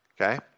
Okay